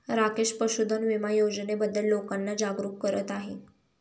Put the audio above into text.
राकेश पशुधन विमा योजनेबद्दल लोकांना जागरूक करत आहे